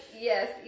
yes